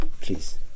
Please